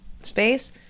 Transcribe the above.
space